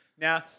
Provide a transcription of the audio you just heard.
now